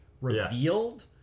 revealed